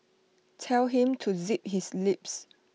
tell him to zip his lips